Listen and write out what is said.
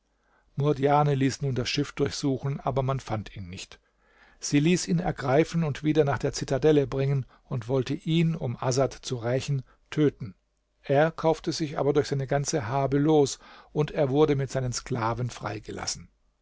murdjane ließ nun das schiff durchsuchen aber man fand ihn nicht sie ließ ihn ergreifen und wieder nach der zitadelle bringen und wollte ihn um asad zu rächen töten er kaufte sich aber durch seine ganze habe los und er wurde mit seinen sklaven freigelassen